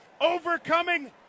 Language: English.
Overcoming